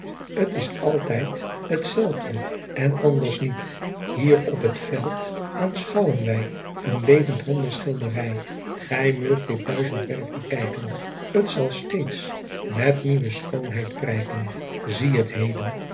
t s altijd t zelfde en anders niet ier op het veld aanschouwen wy en levend wonder schildery ij meugt dit duizendwerf bekyken t al steeds met nieuwe schoonheid prijken ie t heden